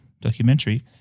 documentary